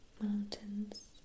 mountains